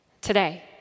today